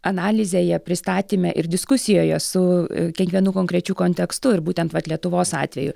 analizėje pristatyme ir diskusijoje su kiekvienu konkrečiu kontekstu ir būtent vat lietuvos atveju